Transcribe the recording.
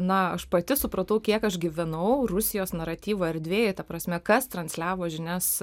na aš pati supratau kiek aš gyvenau rusijos naratyvo erdvėj ta prasme kas transliavo žinias